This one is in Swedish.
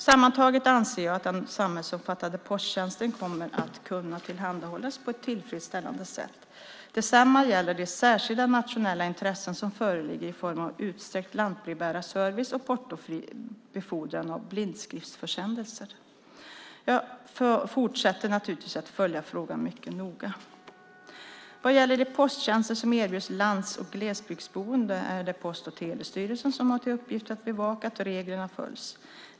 Sammantaget anser jag att den samhällsomfattande posttjänsten kommer att kunna tillhandahållas på ett tillfredsställande sätt. Detsamma gäller de särskilda nationella intressen som föreligger i form av utsträckt lantbrevbärarservice och portofri befordran av blindskriftsförsändelser. Jag fortsätter naturligtvis att följa frågan mycket noga. Vad gäller de posttjänster som erbjuds lands och glesbygdsboende är det Post och telestyrelsen som har till uppgift att bevaka att reglerna följs.